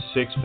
Six